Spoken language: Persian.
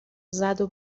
زدو